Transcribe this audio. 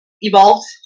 evolved